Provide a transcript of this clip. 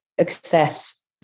access